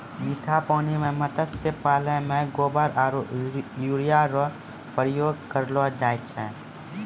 मीठा पानी मे मत्स्य पालन मे गोबर आरु यूरिया रो प्रयोग करलो जाय छै